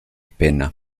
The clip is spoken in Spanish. pena